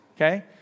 okay